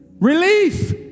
Relief